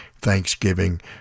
thanksgiving